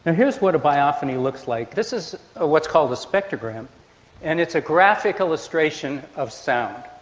and here's what a biophony looks like. this is ah what's called a spectrogram and it's a graphic illustration of sound,